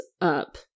up